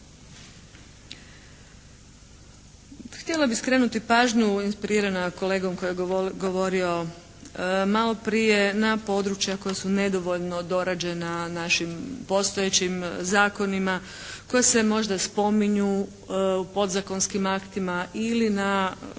Htjela bi skrenuti pažnju inspirirana kolegom koji je govorio malo prije na područja koja su nedovoljno dorađena na našim postojećim zakonima, koja se možda spominju u podzakonskim aktima ili na područja